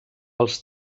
els